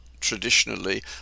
traditionally